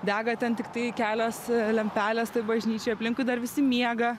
dega ten tiktai kelios lempelės toj bažnyčioj aplinkui dar visi miega